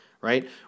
right